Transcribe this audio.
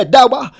Dawa